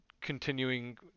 continuing